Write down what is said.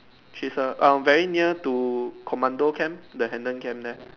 three S_I_R um very near to commando camp the hendon camp there